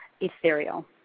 ethereal